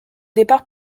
départ